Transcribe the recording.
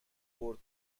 برد